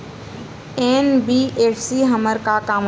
NBFC हमर का काम आही?